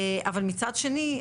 אבל מצד שני,